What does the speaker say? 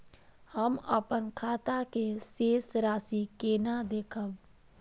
हम अपन खाता के शेष राशि केना देखब?